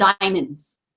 diamonds